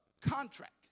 contract